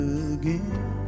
again